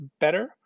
better